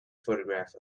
photograph